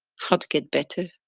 how to get better,